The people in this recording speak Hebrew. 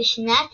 בשנת